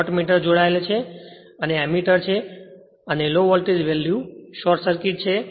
wattmeter જોડાયેલ છે અને આ એમીટર છે અને આ low voltage value short circuit છે